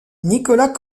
nicolas